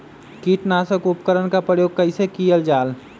किटनाशक उपकरन का प्रयोग कइसे कियल जाल?